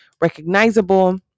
recognizable